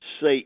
say